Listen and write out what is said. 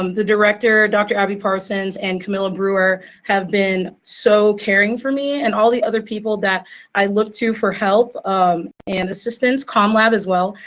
um the director, dr. abby parsons and camilla brewer, have been so caring for me and all the other people that i look to for help um and assistance khan lab as well.